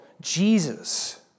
Jesus